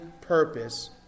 purpose